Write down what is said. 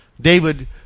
David